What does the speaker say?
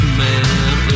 man